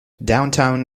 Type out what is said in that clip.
downtown